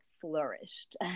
flourished